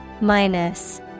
Minus